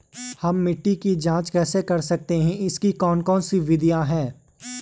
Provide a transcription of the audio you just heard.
हम मिट्टी की जांच कैसे करते हैं इसकी कौन कौन सी विधियाँ है?